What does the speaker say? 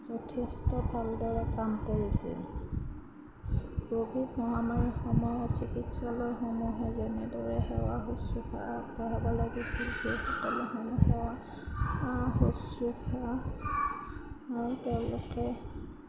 যথেষ্ট ভালদৰে কাম কৰিছিল ক'ভিদ মহামাৰীৰ সময়ত চিকিৎসালয়সমূহে যেনেদৰে সেৱা শুশ্ৰূষা আগবঢ়াব লাগিছিল সেই সকলো সমূহ সেৱা শুশ্ৰূষা তেওঁলোকে